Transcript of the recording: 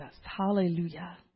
Hallelujah